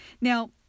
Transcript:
Now